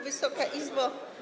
Wysoka Izbo!